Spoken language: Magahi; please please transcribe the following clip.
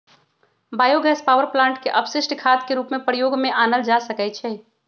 बायो गैस पावर प्लांट के अपशिष्ट खाद के रूप में प्रयोग में आनल जा सकै छइ